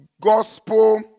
Gospel